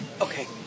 Okay